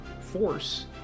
force